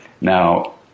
Now